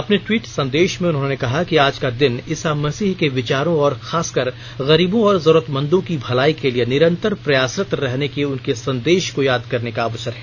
अपने ट्वीट संदेश में उन्होंने कहा कि आज का दिन ईसा मसीह के विचारों और खासकर गरीबों तथा जरूरतमंदों की भलाई के लिए निरंतर प्रयासरत रहने के उनके संदेश को याद करने का अवसर है